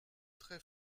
très